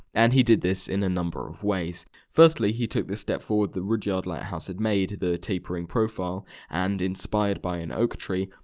and he did this in a number of ways. firstly, he took this step forward the rudyard lighthouse had made the tapering profile and inspired by an oak tree,